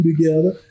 together